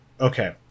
Okay